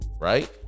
right